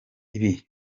ibi